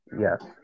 Yes